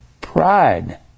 Pride